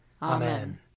Amen